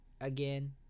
again